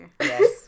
Yes